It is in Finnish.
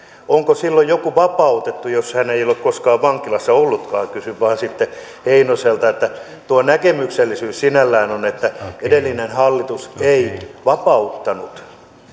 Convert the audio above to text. onko silloin joku vapautettu jos hän ei ole koskaan vankilassa ollutkaan kysyn vain sitten heinoselta tuo näkemyksellisyys sinällään on että edellinen hallitus ei vapauttanut